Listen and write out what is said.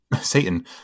Satan